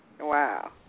Wow